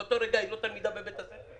באותו רגע היא לא תלמידה בבית הספר.